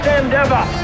endeavor